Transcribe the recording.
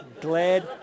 Glad